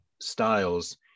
styles